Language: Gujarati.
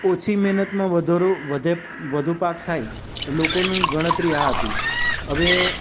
ઓછી મહેનતમાં વધારું વધુ પાક થાય લોકોનું ગણતરી આ હતી હવે